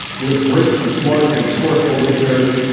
we have great and smart and resourceful listeners.